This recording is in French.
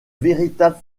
véritable